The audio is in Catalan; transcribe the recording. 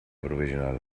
provisional